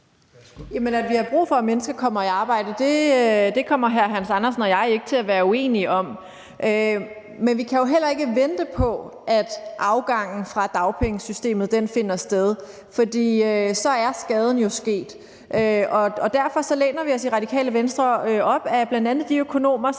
at vi brug for, at mennesker kommer i arbejde, kommer hr. Hans Andersen og jeg ikke til at være uenige om. Men vi kan jo heller ikke vente på, at afgangen fra dagpengesystemet finder sted, for så er skaden jo sket. Og derfor læner vi os i Radikale Venstre bl.a. op ad de økonomer,